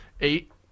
eight